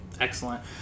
Excellent